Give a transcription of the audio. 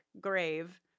grave